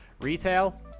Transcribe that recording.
Retail